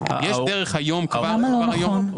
למה זה לא נכון?